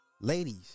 ladies